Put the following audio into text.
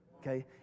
Okay